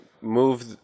move